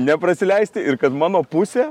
neprasileisti ir kad mano pusė